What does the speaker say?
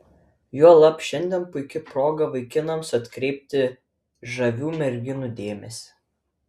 juolab šiandien puiki proga vaikinams atkreipti žavių merginų dėmesį